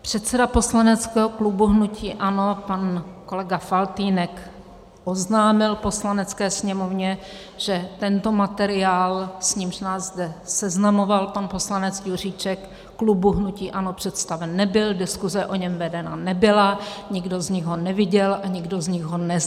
Předseda poslaneckého klubu hnutí ANO pan kolega Faltýnek oznámil Poslanecké sněmovně, že tento materiál, s nímž nás zde seznamoval pan poslanec Juříček, klubu hnutí ANO představen nebyl, diskuze o něm vedena nebyla, nikdo z nich ho neviděl a nikdo z nich ho nezná.